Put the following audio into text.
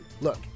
Look